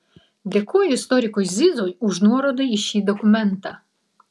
dėkoju istorikui zizui už nuorodą į šį dokumentą